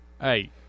Hey